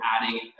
adding